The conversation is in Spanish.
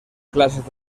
clases